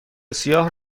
سیاه